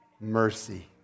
mercy